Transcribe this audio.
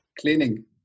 Cleaning